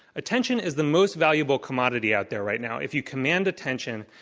attention is the most valuable commodity out there right now. if you command attention,